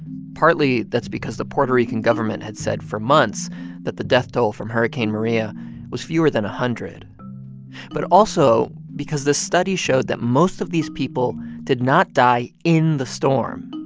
partly, that's because the puerto rican government had said for months that the death toll from hurricane maria was fewer than a hundred but also because the study showed that most of these people did not die in the storm.